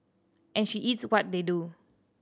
and she eats what they do